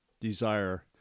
desire